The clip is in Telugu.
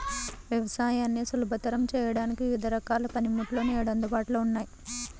వ్యవసాయాన్ని సులభతరం చేయడానికి వివిధ రకాల పనిముట్లు నేడు అందుబాటులో ఉన్నాయి